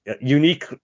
unique